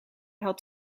had